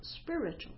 spiritual